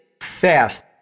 fast